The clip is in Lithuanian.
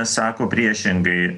sako priešingai